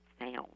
sound